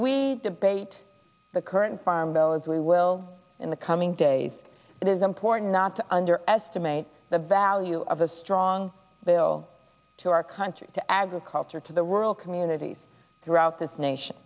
we debate the current farm bill as we will in the coming days it is important not to underestimate the value of a strong bill to our country to agriculture to the rural communities throughout this nation